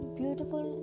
beautiful